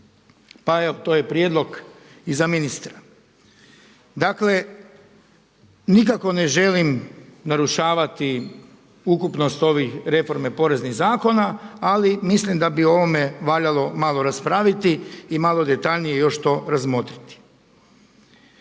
to je prijedlog i za ministra. Dakle nikako ne želim narušavati ukupnost ovih reforme poreznih zakona, ali mislim da bi o ovome valjalo malo raspraviti i malo detaljnije još to razmotriti.